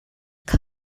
kha